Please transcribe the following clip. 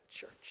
church